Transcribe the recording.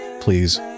please